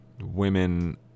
women